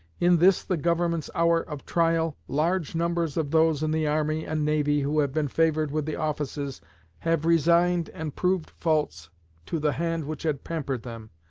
in this the government's hour of trial, large numbers of those in the army and navy who have been favored with the offices have resigned and proved false to the hand which had pampered them,